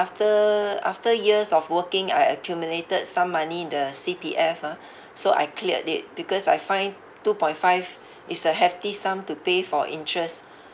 after after years of working I accumulated some money in the C_P_F ah so I cleared it because I find two point five is a hefty sum to pay for interest